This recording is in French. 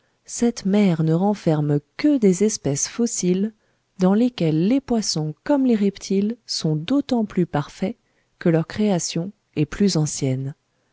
cette mer ne renferme que des espèces fossiles dans lesquelles les poissons comme les reptiles sont d'autant plus parfaits que leur création est plus ancienne